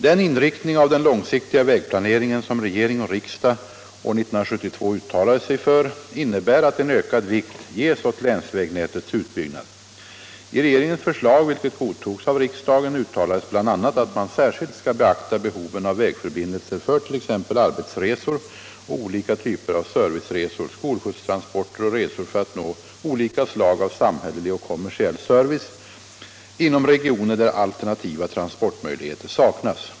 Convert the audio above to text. Den inriktning av den långsiktiga vägplaneringen som regering och Om upprustning av riksdag år 1972 uttalade sig för innebär att en ökad vikt ges åt länsvägnä — länsvägnäten tets utbyggnad. I regeringens förslag, vilket godtogs av riksdagen, uttalades bl.a. att man särskilt skall beakta behoven av vägförbindelser fört. ex arbetsresor och olika typer av serviceresor — skolskjutstransporter och resor för att nå olika slag av samhällelig och kommersiell service - inom regioner där alternativa transportmöjligheter saknas.